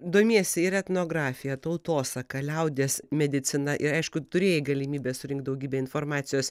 domiesi ir etnografija tautosaka liaudies medicina ir aišku turėjai galimybę surinkti daugybę informacijos